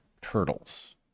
turtles